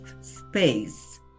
space